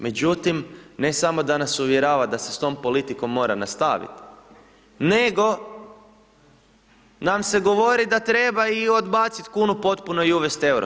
Međutim, ne samo da nas uvjerava da se s tom politikom mora nastaviti, nego, nam se govoriti da treba odbaciti kunu potpuno i uvesti euro.